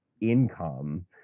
income